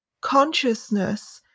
consciousness